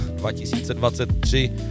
2023